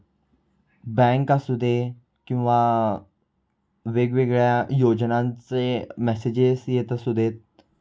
bank असू दे किंवा वेगवेगळ्या योजनांचे मेसेजेस येत असू देत